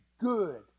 good